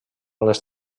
les